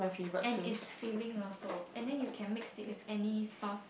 and it's filling also and then you can mix it with any sauce